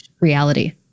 reality